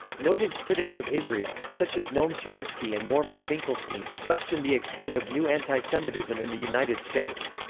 noted critics of israel, such as noam chomsky and norman finkelstein, question the extent of new antisemitism in the united states.